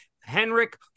Henrik